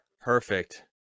perfect